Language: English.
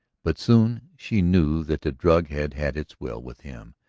but soon she knew that the drug had had its will with him,